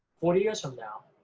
forty years from now,